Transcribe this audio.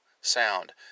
sound